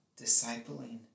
discipling